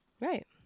Right